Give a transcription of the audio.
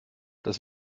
das